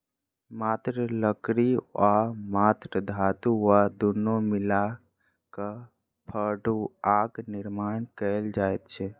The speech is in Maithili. मात्र लकड़ी वा मात्र धातु वा दुनू मिला क फड़ुआक निर्माण कयल जाइत छै